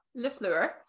Lefleur